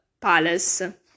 palace